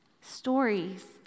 Stories